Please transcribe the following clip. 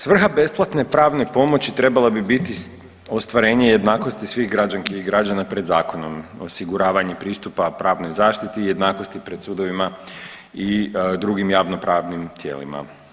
Svrha besplatne pravne pomoći trebala bi biti ostvarenje jednakosti svih građanki i građana pred zakonom, osiguravanje pristupa pravne zaštite i jednakosti pred sudovima i drugim javnopravnim tijelima.